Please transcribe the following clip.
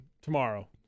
tomorrow